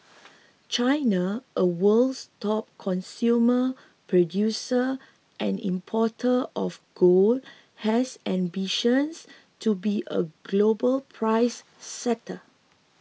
China a world's top consumer producer and importer of gold has ambitions to be a global price setter